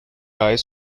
high